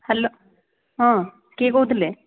hello ହଁ କିଏ କହୁଥିଲେ